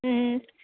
മ്മ്